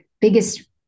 biggest